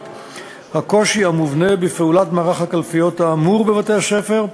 הקושי המובנה בפעולת מערך הקלפיות האמור בבתי-ספר,